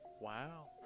Wow